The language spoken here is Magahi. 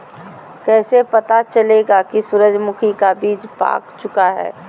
कैसे पता चलेगा की सूरजमुखी का बिज पाक चूका है?